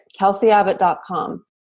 KelseyAbbott.com